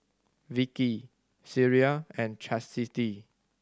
Vicky Sierra and Chasity